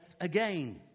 again